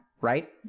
right